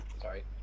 sorry